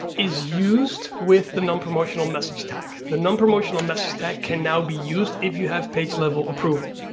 is used with the non-promotional message tag. the non-promotional message tag can now be used if you have page level approval.